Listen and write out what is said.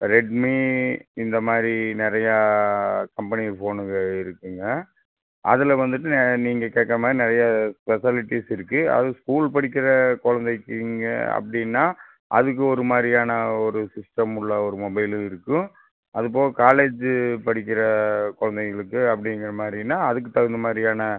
Redmi இந்தமாதிரி நிறையா company ஃபோனுங்க இருக்குங்க அதில் வந்துவிட்டு நீங்கள் கேட்ட மாதிரி நிறைய ஸ்பெஷலிட்டீஸ் இருக்கு அது ஸ்கூல் படிக்கிற குழந்தைக்கிங்க அப்படின்னா அதுக்கு ஒரு மாதிரியான ஒரு சிஸ்டம் உள்ள ஒரு மொபைலும் இருக்கும் அது போக காலேஜு படிக்கிற குழந்தைங்களுக்கு அப்படிங்கிற மாதிரினா அதுக்கு தகுந்த மாதிரியான